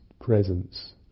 presence